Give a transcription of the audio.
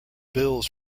bills